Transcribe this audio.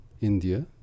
india